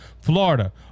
Florida